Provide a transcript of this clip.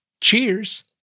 Cheers